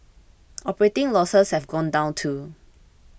operating losses have gone down too